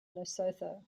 lesotho